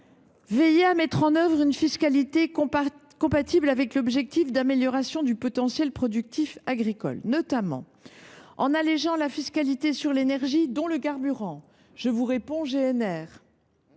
veiller à mettre en œuvre une fiscalité compatible avec l’objectif d’amélioration du potentiel productif agricole, notamment en allégeant la fiscalité sur l’énergie, dont le carburant, »– je vous renvoie